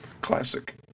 Classic